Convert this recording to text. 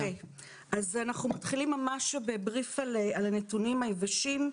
אנחנו מתחילים ממש בבריף על הנתונים היבשים.